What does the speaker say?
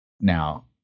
Now